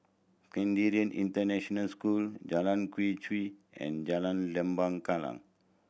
Canadian International School Jalan Quee and Jalan Lembah Kallang